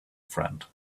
friend